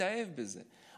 תתאהב בזה,